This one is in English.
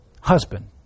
Husband